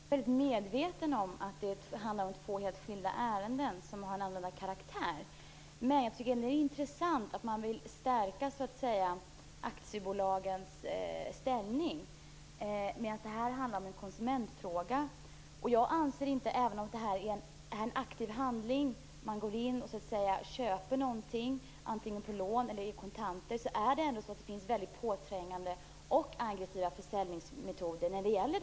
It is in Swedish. Fru talman! Jag är medveten om att det handlar om två helt skilda ärenden som har en annorlunda karaktär. Men jag tycker ändå att det är intressant att man vill stärka aktiebolagens ställning. Här handlar det om en konsumentfråga. Det här är en aktiv handling - man går in och köper någonting på lån eller med kontanter. Men det är ändå så att det finns väldigt påträngande och aggressiva försäljningsmetoder här.